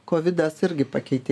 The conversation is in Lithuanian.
kovidas irgi pakeitė